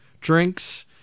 drinks